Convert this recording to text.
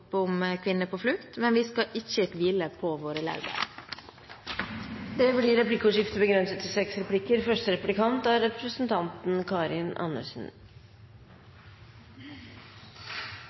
om kvinner på flukt, men vi skal ikke hvile på våre laurbær. Det blir replikkordskifte. Jeg er